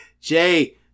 Jay